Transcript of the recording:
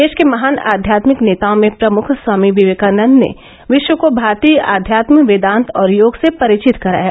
देश के महान आध्यात्मिक नेताओं में प्रमुख स्वामी विवेकानंद ने विश्व को भारतीय अध्यात्म वेदांत और योग से परिचित कराया